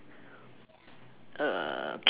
uh